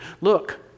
Look